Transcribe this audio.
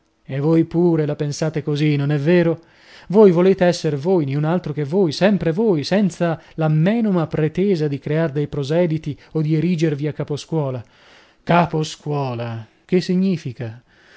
e voi pure la pensate così non è vero voi volete esser voi niun altro che voi sempre voi senza la menoma pretesa di crear dei proseliti o di erigervi a caposcuola caposcuola che significa